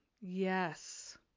Yes